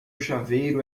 chaveiro